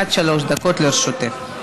עד שלוש דקות לרשותך.